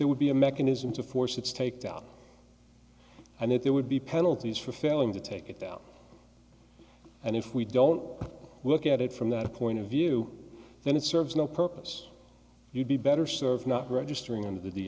there would be a mechanism to force its takedown and that there would be penalties for failing to take it down and if we don't look at it from that point of view then it serves no purpose you'd be better served not registering in the